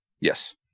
Yes